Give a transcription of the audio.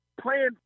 playing